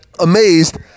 Amazed